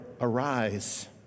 arise